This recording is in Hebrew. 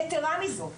יתרה מזאת,